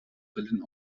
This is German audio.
brillen